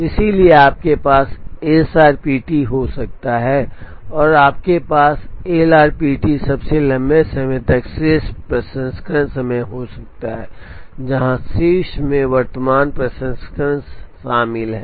इसलिए आपके पास SRPT हो सकता है और आपके पास LRPT सबसे लंबे समय तक शेष प्रसंस्करण समय हो सकता है जहां शेष में वर्तमान प्रसंस्करण शामिल है